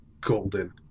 golden